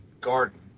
Garden